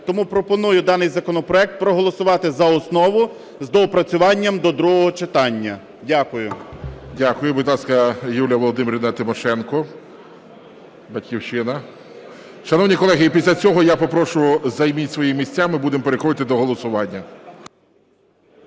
Тому пропоную даний законопроект проголосувати за основу з доопрацюванням до другого читання. Дякую. ГОЛОВУЮЧИЙ. Дякую. Будь ласка, Юлія Володимирівна Тимошенко, "Батьківщина". Шановні колеги, і після цього, я попрошу, займіть свої місця, ми будемо переходити до голосування.